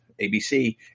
ABC